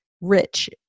rich